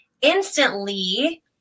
instantly